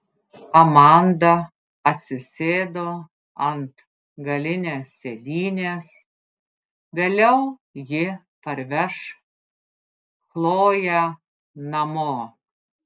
amanda atsisėdo ant galinės sėdynės vėliau ji parveš chloję namo